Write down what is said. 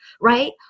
right